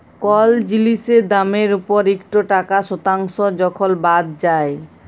call জিলিসের দামের উপর ইকট টাকা শতাংস যখল বাদ যায়